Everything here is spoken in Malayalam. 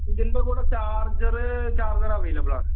ഇതിൻ്റെ കൂടെ ചാർജറ് ചാർജർ അവൈലബിളാണ്